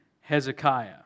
Hezekiah